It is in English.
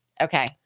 okay